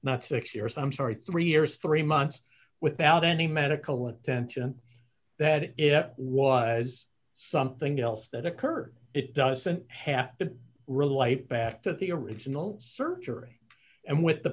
not six years i'm sorry three years three months without any medical attention that it was something else that occurred it doesn't have to relight back to the original surgery and with the